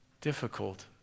difficult